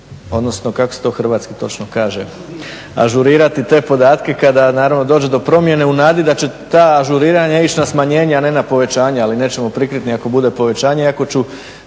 odnosno kako se to hrvatski točno kaže ažurirati kada naravno dođe do promjene u nadi da će ta ažuriranja ići na smanjenje a ne na povećanje, ali nećemo prikrit ni ako bude povećanje